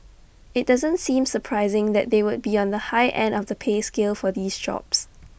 IT doesn't seem surprising that they would be on the high end of the pay scale for these jobs